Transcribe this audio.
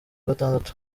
gatandatu